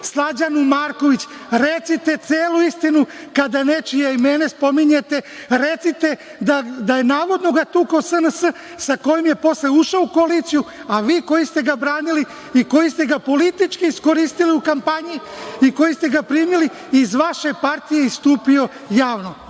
Slađanu Marković. Recite celu istinu, kada već spominjete. Recite. Navodno ga je tukao SNS, sa kojim je posle ušao u koaliciju, a vi koji ste ga branili i koji ste ga politički iskoristili u kampanji, i koji ste ga primili, iz vaše partije je istupio javno.